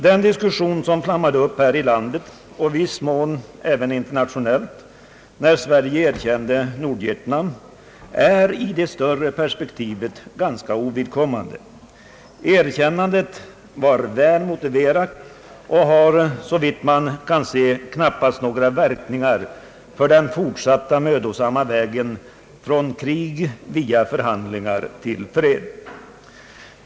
Den diskussion som flammade upp här i landet och i viss mån även internationellt när Sverige erkände Nordvietnam är i det större perspektivet ganska ovidkommande. Erkännandet var välmotiverat och har såvitt man kan se knappast några verkningar för den fortsatta mödosamma vägen från krig via förhandlingar till fred.